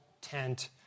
tent